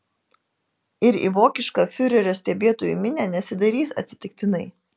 ir į vokišką fiurerio stebėtojų minią nesidairys atsitiktinai